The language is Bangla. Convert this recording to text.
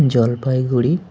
জলপাইগুড়ি